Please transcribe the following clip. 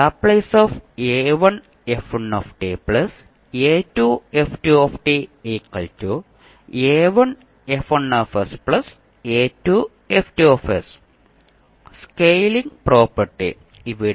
scaling property ഇവിടെ